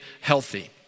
healthy